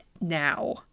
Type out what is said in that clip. now